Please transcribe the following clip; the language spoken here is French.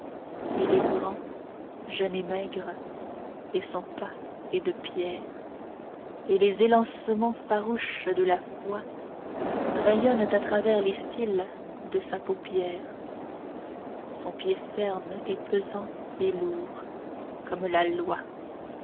il est grand jeune et maigre et son pas est de pierre et les élancements farouches de la foi rayonnent à travers les cils de sa paupière son pied ferme et pesant et lourd comme la loi